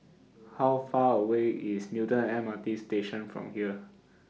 How Far away IS Newton M R T Station from here